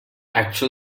actual